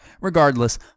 Regardless